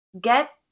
get